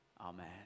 Amen